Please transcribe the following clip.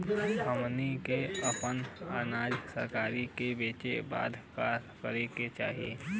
हमनी के आपन अनाज सरकार के बेचे बदे का करे के चाही?